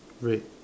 red